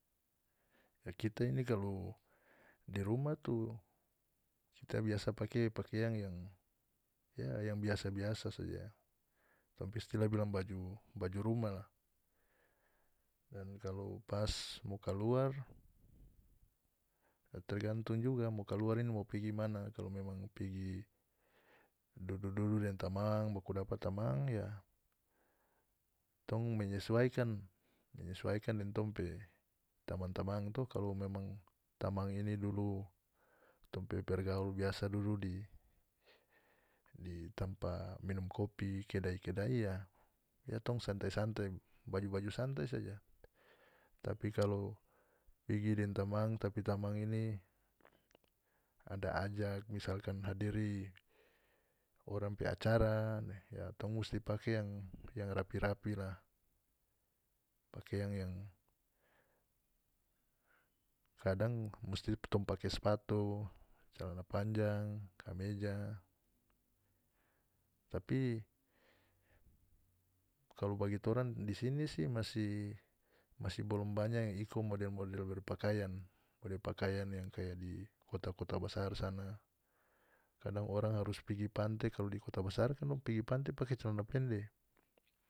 Kita ini kalu di rumah tu kita biasa pake pakeang yang ya yang biasa-biasa saja tong pe istilah bilang baju baju rumah la dan kalu pas mo kaluar tergantung juga mo kaluar ini mo pigi mana kalu memang mo pigi duduk-duduk deng tamang bakudapa tamang ya tong menyesuaikan menyesuaikan deng tong pe tamang-tamang to kalu memang tamang ini dulu tong pe pergaul biasa dudu di di tampa minum kopi kedai-kedai ya ya tong santai-santai baju-baju santai saja tapi kalu pigi deng tamang tapi tamang ini ada ajak misalkan hadiri orang pe acara ya tong musti pake yang yang rapi-rapi lah pakeang yang kadang musti tong pake spatu calana panjang kameja tapi kalu bagi torang di sini si masih bolom banya yang iko model-model berpakaian mode pakaian yang kaya di kota-kita basar sana kadang orang harus pigi pante kalu di kota basar kan dong pigi pante pake calana pende.